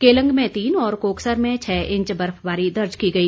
केलंग में तीन और कोकसर में छः इंच बर्फबारी दर्ज की गई